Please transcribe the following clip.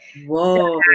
Whoa